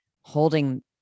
holding